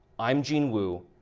i'm gene wu,